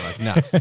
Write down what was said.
no